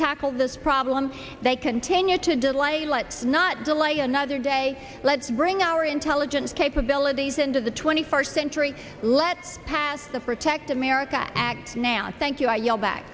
tackle this problem they continue to delay let's not delay another day let's bring our intelligence capabilities into the twenty first century let's pass the protect america act now and thank you i yell back